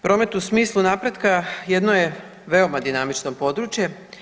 Promet u smislu napretka jedno je veoma dinamično područje.